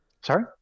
sorry